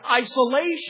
isolation